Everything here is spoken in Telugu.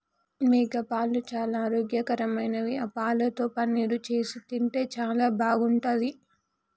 మేకపాలు చాలా ఆరోగ్యకరమైనవి ఆ పాలతో పన్నీరు చేసి తింటే చాలా బాగుంటది